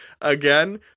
again